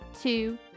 two